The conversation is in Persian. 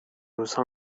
روزها